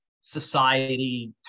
society